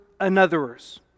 anotherers